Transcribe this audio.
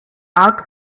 out